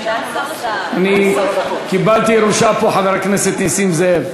אני קיבלתי ירושה פה, חבר הכנסת נסים זאב.